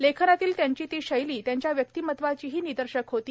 लेखनातील त्यांची ती शैली त्यांच्या व्यक्तिमत्वाचीही निदर्शक होती